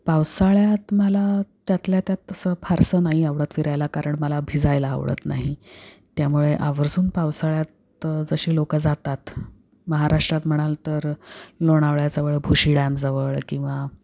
पावसाळ्यात मला त्यातल्या त्यात तसं फारसं नाही आवडत फिरायला कारण मला भिजायला आवडत नाही त्यामुळे आवर्जून पावसाळ्यात जशी लोकं जातात महाराष्ट्रात म्हणाल तर लोणावळ्याजवळ भुशी डॅमजवळ किंवा